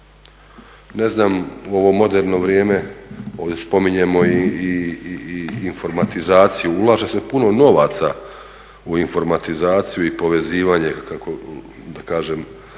Ne znam u ovo moderno vrijeme ovdje spominjemo i informatizaciju. Ulaže se puno novaca u informatizaciju i povezivanje kako da kažem